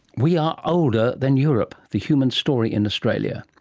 we are older than europe. the human story in australia.